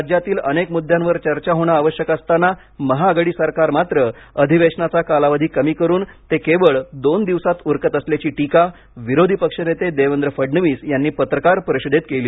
राज्यातील अनेक मुद्यांवर चर्चा होणं आवश्यक असताना महाआघाडी सरकार मात्र अधिवेशनाचा कालावधी कमी करून ते केवळ दोन दिवसात उरकत असल्याची टीका विरोधी पक्षनेते देवेंद्र फडणवीस यांनी पत्रकार परिषदेत केली